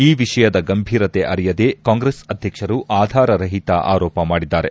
ಈ ವಿಷಯದ ಗಂಭೀರತೆ ಅರಿಯದೇ ಕಾಂಗ್ರೆಸ್ ಅಧ್ಯಕ್ಷರು ಆಧಾರರಹಿತ ಆರೋಪ ಮಾಡಿದ್ದಾರೆ